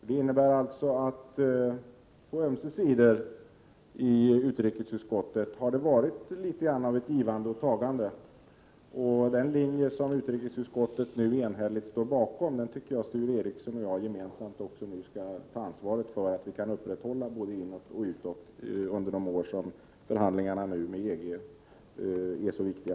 Det innebär alltså att det på ömse sidor i utrikesutskottet har varit litet av ett givande och tagande, och den linje som utrikesutskottet enhälligt står bakom tycker jag Sture Ericson och jag gemensamt skall ta ansvar för att upprätthålla både inåt och utåt under de år då förhandlingarna med EG är så viktiga.